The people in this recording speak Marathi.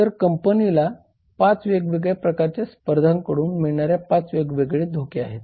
तर कंपनीला पाच वेगवेगळ्या प्रकारच्या स्पर्धकांकडून मिळणाऱ्या पाच वेगवेगळे धोके आहेत